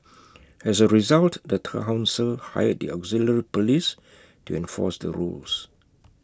as A result the Town Council hired the auxiliary Police to enforce the rules